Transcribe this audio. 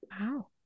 wow